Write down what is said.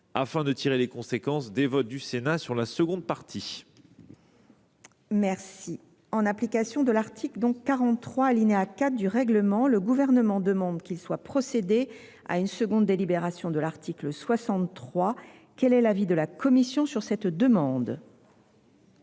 afin de tirer les conséquences des votes du Sénat intervenus sur la seconde partie. En application de l’article 43, alinéa 4, du règlement, le Gouvernement demande qu’il soit procédé à une seconde délibération de l’article 63. Quel est l’avis de la commission sur cette demande ?